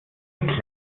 mit